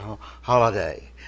holiday